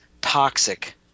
toxic